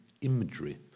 imagery